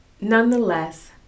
nonetheless